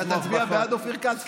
אתה תצביע בעד, אופיר כץ?